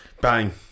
Bang